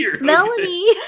Melanie